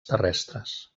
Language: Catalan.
terrestres